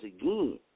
again